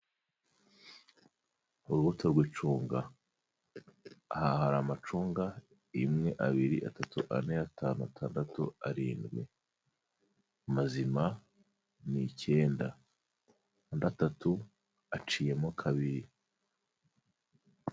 Urubuto rw'icunga, aha hari amacunga, imwe, abiri, atatu, ane, atanu, atandatu, arindwi, amazima ni icyenda, andi atatu aciyemo kabiri.